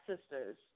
sisters